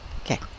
Okay